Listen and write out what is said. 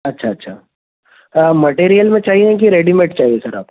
अच्छा अच्छा मटेरियल में चाहिए कि रेडीमेड चाहिए सर आपको